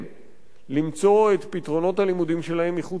למצוא את פתרונות הלימודים שלהם מחוץ לישראל.